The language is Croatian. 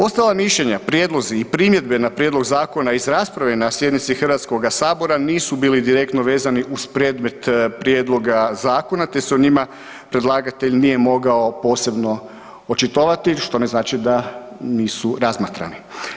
Ostala mišljenja, prijedlozi i primjedbe na prijedlog zakona iz rasprave na sjednici Hrvatskoga sabora nisu bili direktno vezani u predmet prijedloga zakona te se o njima predlagatelj nije mogao posebno očitovati, što ne znači da nisu razmatrani.